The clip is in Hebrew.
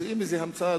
ממציאים איזו המצאה,